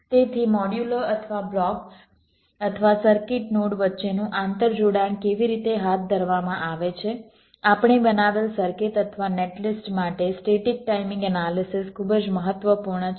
તેથી મોડ્યુલો અથવા બ્લોક્સ અથવા સર્કિટ નોડ વચ્ચેનું આંતરજોડાણ કેવી રીતે હાથ ધરવામાં આવે છે આપણે બનાવેલ સર્કિટ અથવા નેટલિસ્ટ માટે સ્ટેટિક ટાઇમિંગ એનાલિસિસ ખૂબ જ મહત્વપૂર્ણ છે